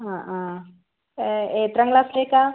ആ ആ എത്രാം ക്ലാസ്സിലേക്കാണ്